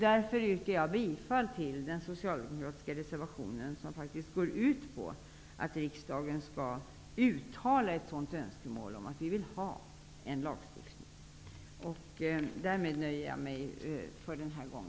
Därför yrkar jag bifall till den socialdemokratiska reservationen som går ut på att riksdagen skall uttala ett önskemål om att vi vill ha en lagstiftning. Med det anförda nöjer jag mig denna gång.